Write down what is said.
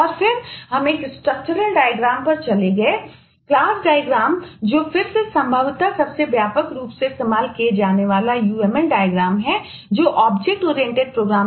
और फिर हम एक स्ट्रक्चरल डायग्राम